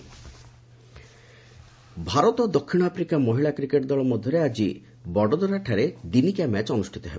cricket women Bharat ଓ ଦକ୍ଷିଣ Africa ମହିଳା କ୍ରିକେଟ୍ ଦଳ ମଧ୍ୟରେ ଆଜି ବଡୋଦରାଠାରେ ଦିନିକିଆ ମ୍ୟାଚ ଅନୁଷ୍ଠିତ ହେବ